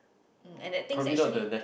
um and that things actually